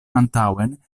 antaŭen